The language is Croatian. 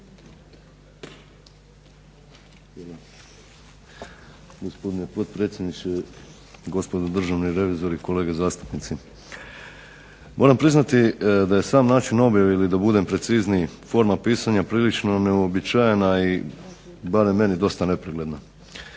Gospodine potpredsjedniče, gospodo državni revizori kolege zastupnici. Moram priznati da je sam način objave ili da budem precizniji forma pisanja prilično neuobičajena i barem meni dosta nepregledna.